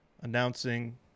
announcing